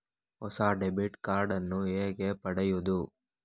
ಹೊಸ debit card ನ್ನು ಹೇಗೆ ಪಡೆಯುದು?